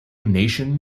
nation